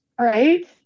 Right